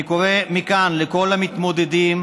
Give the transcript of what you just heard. אני קורא מכאן לכל המתמודדים,